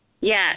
Yes